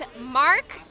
Mark